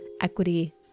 equity